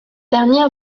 dernière